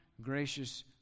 gracious